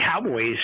Cowboys